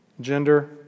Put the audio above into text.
gender